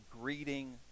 greeting